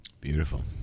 Beautiful